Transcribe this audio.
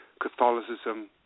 Catholicism